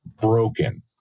broken